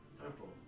Purple